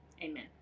Amen